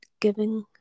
giving